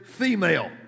female